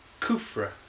Kufra